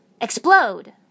Explode